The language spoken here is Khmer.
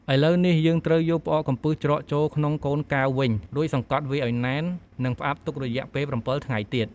ឥឡូវនេះ យើងត្រូវយកផ្អកកំពឹសច្រកចូលក្នុងកូនកែវវិញ រួចសង្កត់វាឱ្យណែន និងផ្អាប់ទុករយៈពេល៧ថ្ងៃទៀត។